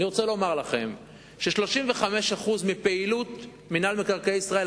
אני רוצה לומר לכם ש-35% מפעילות מינהל מקרקעי ישראל,